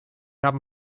haben